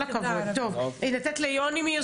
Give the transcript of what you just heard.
כדי להנגיש יותר בצורה טובה את כל המידע החשוב לחברה שלנו.